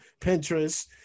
Pinterest